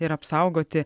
ir apsaugoti